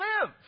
live